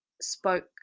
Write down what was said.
spoke